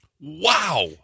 Wow